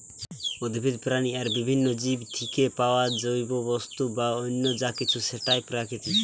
উদ্ভিদ, প্রাণী আর বিভিন্ন জীব থিকে পায়া জৈব বস্তু বা অন্য যা কিছু সেটাই প্রাকৃতিক